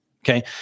Okay